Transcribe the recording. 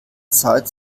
zeit